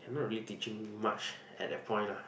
they're not really teaching much at that point lah